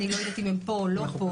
אני לא יודעת אם הם פה או לא פה.